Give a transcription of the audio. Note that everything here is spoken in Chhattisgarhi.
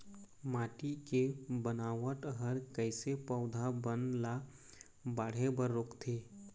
माटी के बनावट हर कइसे पौधा बन ला बाढ़े बर रोकथे?